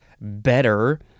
better